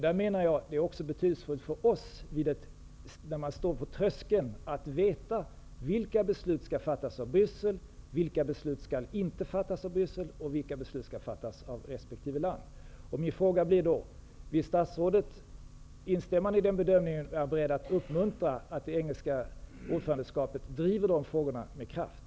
Jag menar att det också är betydelsefullt för oss, när vi står på tröskeln, att veta vilka beslut som skall fattas i Bryssel, vilka beslut som inte skall fattas i Bryssel och vilka beslut som skall fattas av resp. land. Min fråga är: Om statsrådet instämmer i den bedömningen, är han då beredd att uppmuntra att det engelska ordförandeskapet driver de frågorna med kraft?